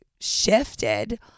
shifted